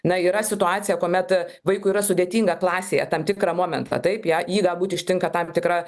na yra situacija kuomet vaikui yra sudėtinga klasėje tam tikrą momentą taip ją jį galbūt ištinka tam tikra